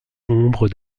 ombre